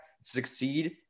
succeed